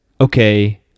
okay